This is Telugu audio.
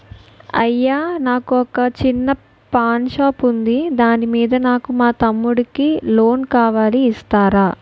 అయ్యా నాకు వొక చిన్న పాన్ షాప్ ఉంది దాని మీద నాకు మా తమ్ముడి కి లోన్ కావాలి ఇస్తారా?